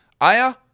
Aya